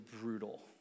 brutal